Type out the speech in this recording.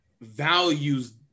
values